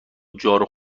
جارو